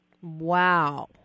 Wow